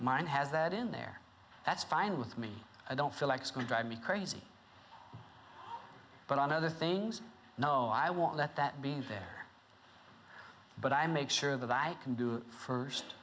mine has that in there that's fine with me i don't feel like school drives me crazy but on other things no i won't let that be there but i make sure that i can do first